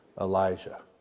Elijah